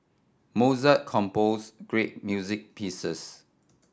Mozart compose great music pieces